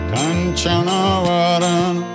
Kanchanavaran